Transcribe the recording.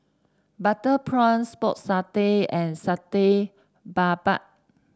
Butter Prawns Pork Satay and Satay Babat